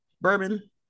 bourbon